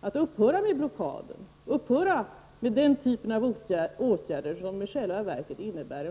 att upphöra med blockaden, dvs. med den typ av åtgärder som i själva verket innebär